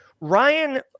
Ryan